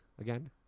again